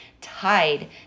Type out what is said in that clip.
tied